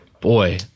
Boy